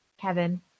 Kevin